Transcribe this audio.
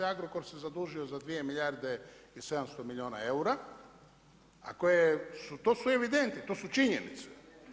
Agrokor se zadužio za 2 milijarde i 700 milijuna eura a koje je, to su evidenti, to su činjenice.